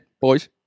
boys